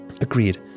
Agreed